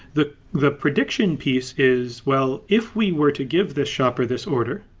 the the production piece is, well, if we were to give this shopper this order,